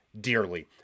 dearly